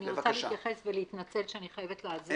אני רוצה להתייחס ולהתנצל שאני חייבת לעזוב,